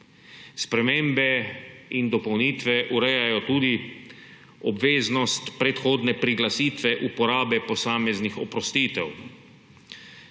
spremembe in dopolnitve urejajo tudi obveznost predhodne priglasitve uporabe posameznih oprostitev;